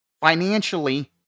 financially